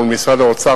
מול משרד האוצר,